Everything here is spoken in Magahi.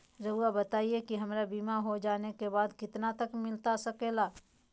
रहुआ बताइए कि हमारा बीमा हो जाने के बाद कितना तक मिलता सके ला?